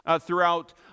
throughout